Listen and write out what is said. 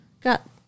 got